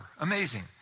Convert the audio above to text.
Amazing